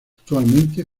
actualmente